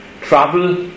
Travel